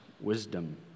wisdom